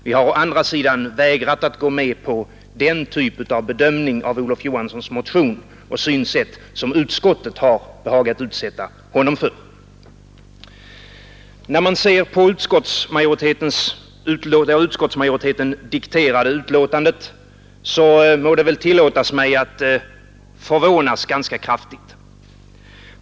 Vi har å andra sidan vägrat att gå med på den typ av bedömning som utskottet har behagat utsätta Olof Johanssons motion för. När jag ser på det av utskottsmajoriteten dikterade betänkandet må det väl tillåtas mig att förvånas ganska kraftigt.